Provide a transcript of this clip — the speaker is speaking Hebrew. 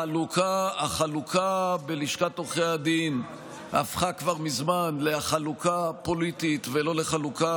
החלוקה בלשכת עורכי הדין הפכה כבר מזמן לחלוקה פוליטית ולא לחלוקה